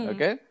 Okay